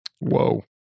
Whoa